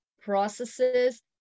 processes